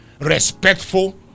respectful